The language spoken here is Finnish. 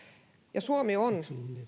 ja suomi on